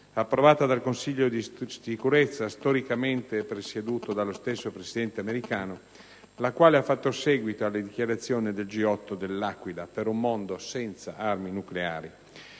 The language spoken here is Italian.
approvata dal Consiglio di Sicurezza, storicamente presieduto dallo stesso Presidente americano, la quale ha fatto seguito alla dichiarazione del G8 dell'Aquila per un mondo senza armi nucleari.